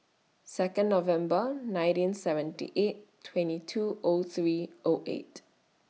Second November nineteen seventy eight twenty two O three O eight